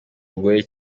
bugoye